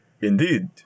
Indeed